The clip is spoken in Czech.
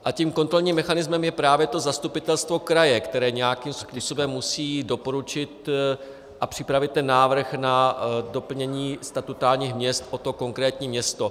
A tím kontrolním mechanismem je právě to zastupitelstvo kraje, které nějakým způsobem musí doporučit a připravit ten návrh na doplnění statutárních měst o to konkrétní město.